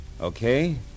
Okay